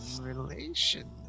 relation